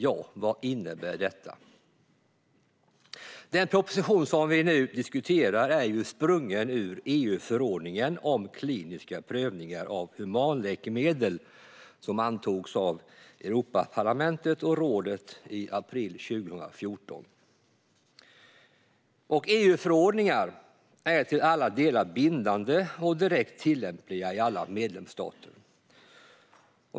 Vad innebär då detta? Den proposition som vi nu diskuterar är sprungen ur EU-förordningen om kliniska prövningar av humanläkemedel som antogs av Europaparlamentet och rådet i april 2014. EU-förordningar är till alla delar bindande och direkt tillämpliga i alla medlemsstater.